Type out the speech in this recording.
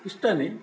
ಇಷ್ಟನೇ